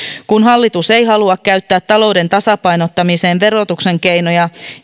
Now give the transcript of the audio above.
kun hallitus ei halua käyttää talouden tasapainottamiseen verotuksen keinoja